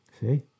See